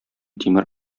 тимер